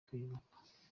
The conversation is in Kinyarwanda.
twiyubaka